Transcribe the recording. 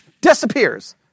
disappears